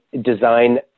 design